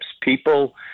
people